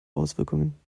auswirkungen